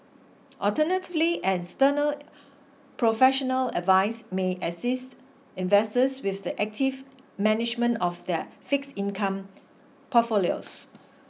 alternatively an external professional advise may assist investors with the active management of their fixed income portfolios